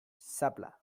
zapla